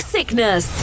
Sickness